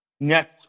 next